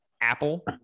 Apple